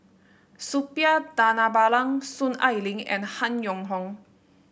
Suppiah Dhanabalan Soon Ai Ling and Han Yong Hong